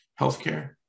healthcare